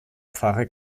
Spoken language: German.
pfarre